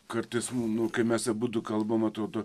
kartais būna kai mes abudu kalbama tuodu